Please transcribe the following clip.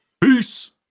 Peace